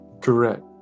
correct